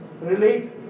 relate